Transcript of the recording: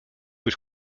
was